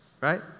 right